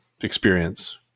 experience